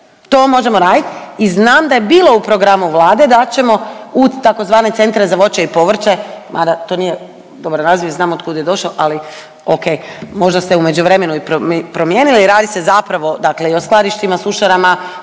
To možemo raditi i znam da je bilo u programu Vlade da ćemo u tzv. centar za voće i povrće mada to nije dobar naziv i znamo od kud je došao, ali ok možda ste u međuvremenu i promijenili, radi se zapravo dakle i o skladištima, sušarama,